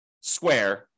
square